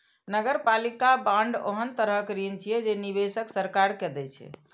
नगरपालिका बांड ओहन तरहक ऋण छियै, जे निवेशक सरकार के दै छै